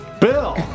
Bill